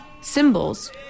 symbols